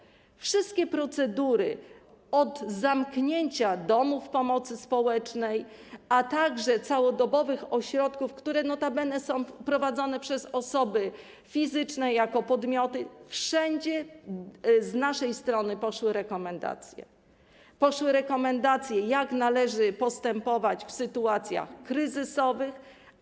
Jeśli chodzi o wszystkie procedury, poczynając od zamknięcia domów pomocy społecznej, a także całodobowych ośrodków, które notabene są prowadzone przez osoby fizyczne jako podmioty, wszędzie z naszej strony poszły rekomendacje co do tego, jak należy postępować w sytuacjach kryzysowych.